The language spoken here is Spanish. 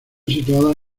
situadas